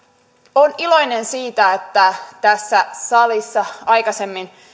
olen iloinen siitä että tässä salissa aikaisemmin